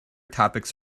topics